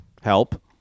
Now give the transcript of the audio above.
help